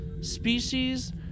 species